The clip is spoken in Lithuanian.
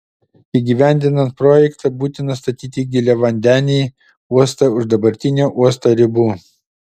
įgyvendinant projektą būtina statyti giliavandenį uostą už dabartinio uosto ribų